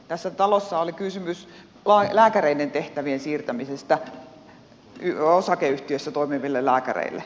tässä talossa oli kysymys lääkäreiden tehtävien siirtämisestä osakeyhtiössä toimiville lääkäreille